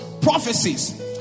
prophecies